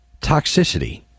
toxicity